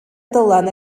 dylan